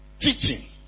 teaching